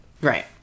Right